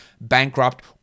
bankrupt